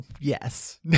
yes